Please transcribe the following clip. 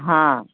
हाँ